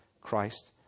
Christ